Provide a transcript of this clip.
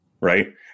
Right